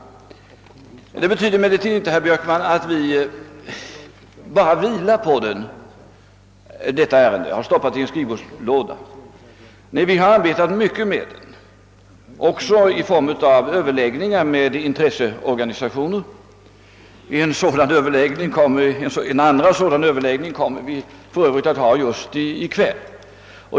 Detta betyder emellertid inte, herr Björkman, att vi bara vilar på hanen och har stoppat detta ärende i en skrivbordslåda. Vi har tvärtom arbetat mycket med det, också i form av överläggningar med intresseorganisationer, En andra sådan överläggning kommer vi för övrigt att ha just i kväll.